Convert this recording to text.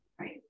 Right